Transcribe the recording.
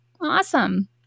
Awesome